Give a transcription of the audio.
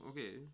Okay